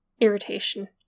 Irritation